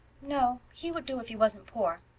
no, he would do if he wasn't poor.